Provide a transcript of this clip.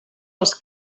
als